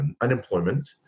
unemployment